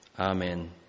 Amen